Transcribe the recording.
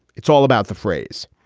it's all about the phrase,